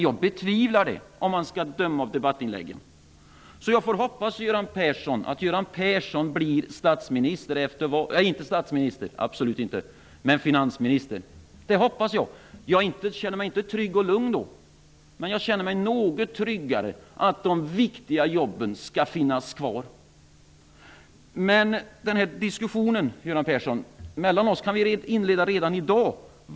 Jag betvivlar det, om man skall döma av debattinläggen. Jag får hoppas att Göran Persson blir finansminister efter valet. Jag kommer inte att känna mig trygg och lugn då, men jag kommer att känna mig något tryggare för att de viktiga jobben skall finnas kvar. Diskussionen mellan oss, Göran Persson, kan vi inleda redan i dag.